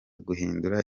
guhindura